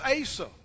Asa